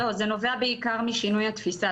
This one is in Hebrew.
לא, זה נובע בעיקר משינוי התפיסה.